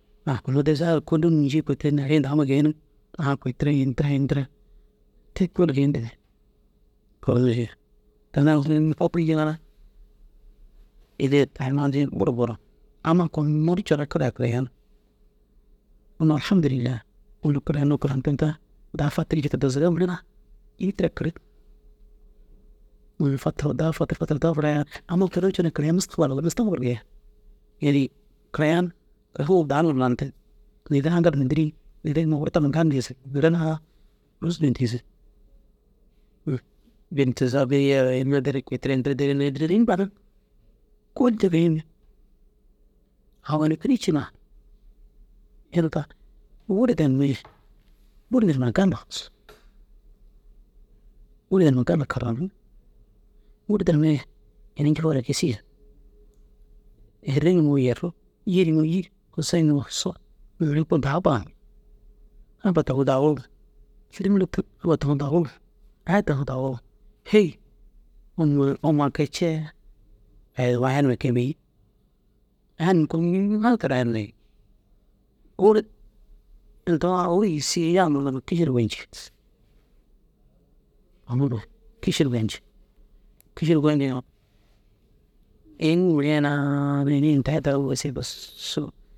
A nuu diziyaa ŋa ru kôlunum ncii kôi te ru neere i ini daguma geeniŋ. A kôi tira in tira in tira te kôoli geentimmi. Naazire hee tani ai nuu fadirii jiŋa na ini ai tani nufadirii jiŋa buru bu ran. Amma kunno ru coo na kira ai kirayaan. Unnu alhamdîllaa owel kira ai unnu kirantirdaa daa fatirii jiki dazaga mire na ini tira kirig. Unnu fatiroo daa fatirig fatirdoo buraiŋaa amma kuri u curuu kirayi mustugbaluu mustagbil geeyaan. Inii kirayaan neere aŋkal numa dîliiŋ. Neere nuŋu wuru tama gali ntigisig. Neere naa rôzire ntiisig. Bin tiisoo bini yege ema derig kôi tira ini terig nii duro ru înni buraniŋ. Kôoli te bêi unnu. Au ini kuri ciŋa inta wurde nimii wurde numa galli karramu. Wurde numee ini ncufaruu gis yen. Erru nuŋoo yerru, yîr yiŋoo yîr, usso yiŋoo usso neere kôoli dau baammi. Abba taŋu dauruu aya taŋu dauruu hêyi unnu mire umi ai kee cee? Ai wa aya numa kee bêi. Aya numa kunno na teroo aya numii ôora untoo au ôora yîsii yaa murdomee kiši ru gonci. Faamuma kiši ru gonci kiši ru gonciŋa in mire naa ini intai daguma gisii bussu